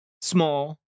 small